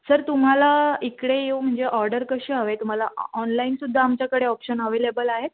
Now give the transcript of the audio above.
sir तुम्हाला इकडे येऊ म्हणजे ऑर्डर कशी हवी आहे तुम्हाला ऑनलाईनसुद्धा आमच्याकडे ऑप्शन अवेलेबल आहेत